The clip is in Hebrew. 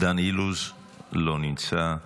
דן אילוז, לא נמצא,